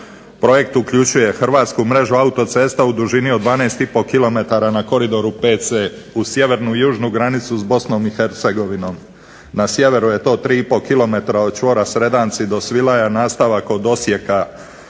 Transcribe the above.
Projekt uključuje hrvatsku mrežu autocesta u dužini od 12 i po kilometara na koridoru VC, uz sjevernu i južnu granicu s Bosnom i Hercegovinom, na sjeveru je to 3 i po kilometra od čvora Sredanci do Svilaja, nastavak od Osijeka